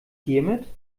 hiermit